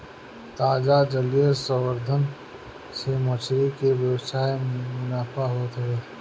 ताजा जलीय संवर्धन से मछरी के व्यवसाय में मुनाफा होत हवे